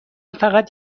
فقط